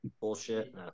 Bullshit